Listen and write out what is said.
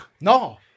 no